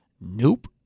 nope